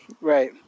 Right